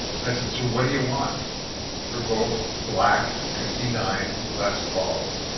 and i said, so what do you want for both black fifty nine les pauls?